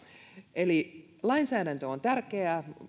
eli lainsäädäntö on tärkeää